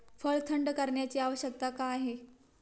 फळ थंड करण्याची आवश्यकता का आहे?